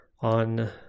on